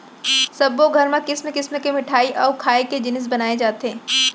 सब्बो घर म किसम किसम के मिठई अउ खाए के जिनिस बनाए जाथे